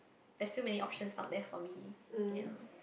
there's too many options out there for me ya